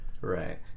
right